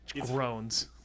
groans